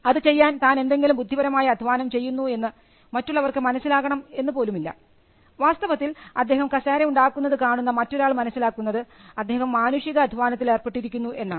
അത് ചെയ്യാൻ താൻ എന്തെങ്കിലും ബുദ്ധിപരമായ അധ്വാനം ചെയ്യുന്നു എന്ന് മറ്റുള്ളവർക്ക് മനസ്സിലാകണം എന്ന് പോലുമില്ല വാസ്തവത്തിൽ അദ്ദേഹം കസേര ഉണ്ടാക്കുന്നത് കാണുന്ന മറ്റൊരാൾ മനസ്സിലാക്കുന്നത് അദ്ദേഹം മാനുഷിക അധ്വാനത്തിൽ ഏർപ്പെട്ടിരിക്കുന്നു എന്നാണ്